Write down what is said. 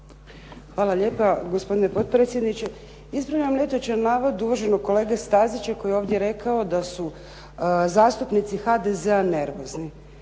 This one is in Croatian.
Hvala lijepa gospodine potpredsjedniče. Ispravljam netočan navod uvaženog kolege Stazića koji je ovdje rekao da su zastupnici HDZ-a nervozni.